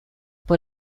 por